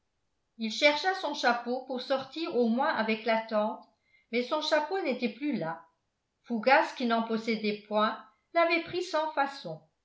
il chercha son chapeau pour sortir au moins avec la tante mais son chapeau n'était plus là fougas qui n'en possédait point l'avait pris sans façon